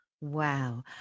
Wow